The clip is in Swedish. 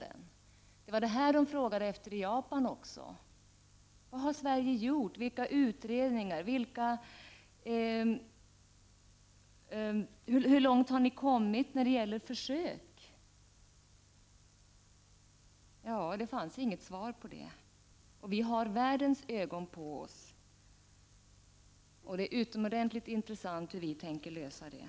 Vid konferensen i Japan undrade man bl.a. vilka utredningar som gjorts i Sverige och hur långt vi har kommit när det gäller försök. Det fanns inte något svar på dessa frågor. Vi har världens ögon på oss och det skall bli utomordentligt intressant att se hur vi kommer att lösa detta.